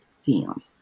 film